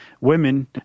women